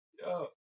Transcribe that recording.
Yo